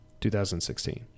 2016